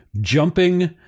jumping